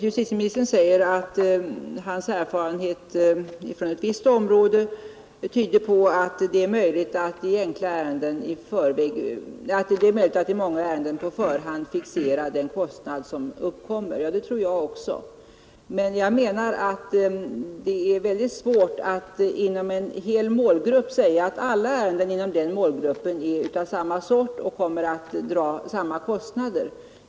Justitieministern säger att hans erfarenhet från ett visst område tyder på att det är möjligt att i många ärenden på förhand fixera den kostnad som uppkommer. Det tror jag också. Men det är ytterst svårt att inom en hel målgrupp säga att alla ärenden inom den målgruppen är av samma sort och kommer att dra samma kostnader.